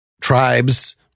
tribes